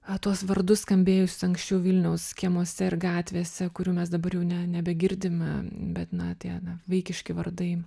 a tuos vardus skambėjus anksčiau vilniaus kiemuose ir gatvėse kurių mes dabar jau ne nebegirdime bet na tie na vaikiški vardai